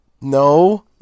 no